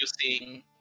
using